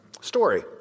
story